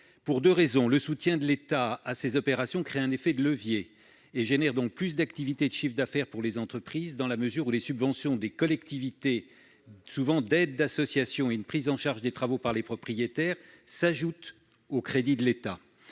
D'une part, le soutien de l'État à ces opérations crée un effet de levier et entraîne donc plus d'activité et de chiffre d'affaires pour les entreprises, dans la mesure où des subventions des collectivités, des aides d'association et une prise en charge des travaux par les propriétaires privés s'ajoutent aux crédits de l'État.